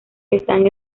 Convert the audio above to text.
están